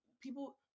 people